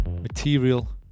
Material